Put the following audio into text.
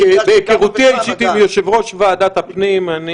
מהיכרותי האישית עם יושבת-ראש ועדת הפנים אני